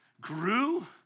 grew